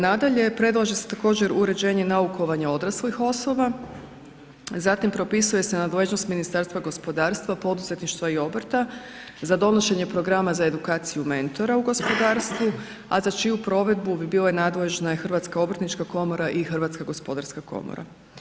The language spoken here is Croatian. Nadalje, predlaže se također uređenje naukovanja odraslih osoba, zatim propisuje se nadležnost Ministarstva gospodarstva, poduzetništva i obrta za donošenje programa za edukaciju mentora u gospodarstvu, a za čiju provedbu bi bile nadležne Hrvatska obrtnička komora i Hrvatska gospodarska komora.